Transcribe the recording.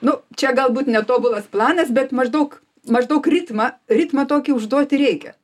nu čia galbūt netobulas planas bet maždaug maždaug ritmą ritmą tokį užduoti reikia